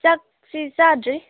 ꯆꯥꯛꯁꯤ ꯆꯥꯗ꯭ꯔꯤ